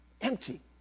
Empty